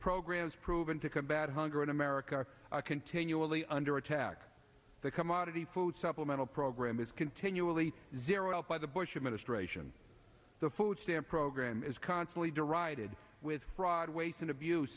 program's proven to combat hunger in america continually under attack the commodity food supplemental program is continually zero by the bush administration the food stamp program is constantly derided with fraud waste and abuse